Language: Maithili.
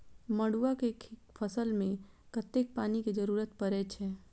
मड़ुआ केँ फसल मे कतेक पानि केँ जरूरत परै छैय?